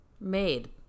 made